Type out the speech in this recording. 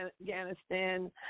Afghanistan